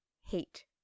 hate